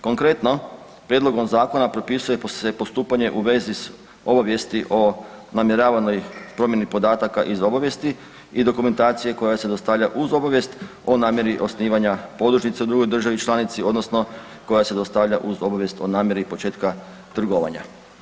Konkretno, prijedlogom zakona propisuje se postupanje u vezi s obavijesti o namjeravanoj promjeni podataka iz obavijesti i dokumentacije koja se dostavlja uz obavijest o namjeri osnivanja podružnice u drugoj državi članici, odnosno koja se dostavlja uz obavijest o namjeri početka trgovanja.